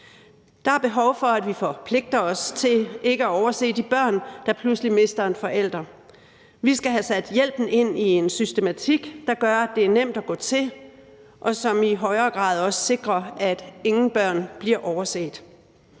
Der er behov for, at vi forpligter os til ikke at overse de børn, der pludselig mister en forælder. Vi skal have sat hjælpen ind i en systematik, der gør, at det er nemt at gå til, og som i højere grad også sikrer, at ingen børn bliver overset.